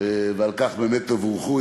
ועל כך תבורכו.